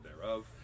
thereof